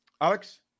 Alex